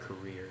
career